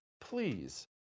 Please